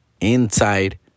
inside